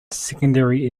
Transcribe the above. secondary